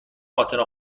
اتنا